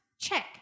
check